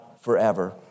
forever